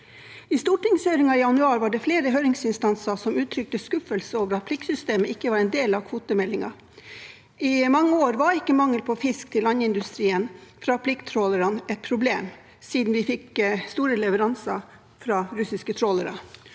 I stortingshøringen i januar var det flere høringsinstanser som uttrykte skuffelse over at pliktsystemet ikke var en del av kvotemeldingen. I mange år var ikke mangel på fisk til landindustrien fra plikttrålerne et problem, siden vi fikk store leveranser fra russiske trålere.